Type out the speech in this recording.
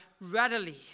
readily